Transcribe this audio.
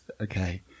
Okay